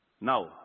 Now